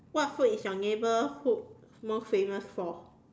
what food is your neighborhood most famous for